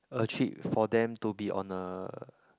a treat for them to be on a